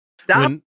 Stop